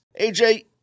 AJ